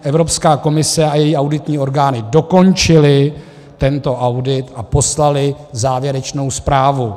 Evropská komise a její auditní orgány dokončily tento audit a poslaly závěrečnou zprávu.